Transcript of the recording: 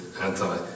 anti